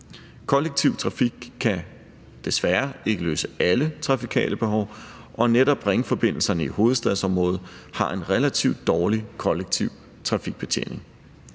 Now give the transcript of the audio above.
Kollektiv trafik kan desværre ikke løse alle trafikale behov, og netop ringforbindelserne i hovedstadsområdet har en relativt dårlig kollektiv trafikbetjening.